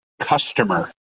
customer